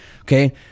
Okay